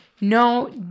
No